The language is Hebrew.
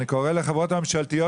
אני קורא לחברות הממשלתיות,